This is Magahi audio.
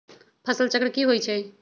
फसल चक्र की होइ छई?